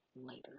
later